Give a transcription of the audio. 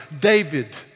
David